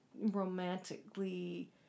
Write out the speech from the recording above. romantically